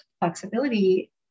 flexibility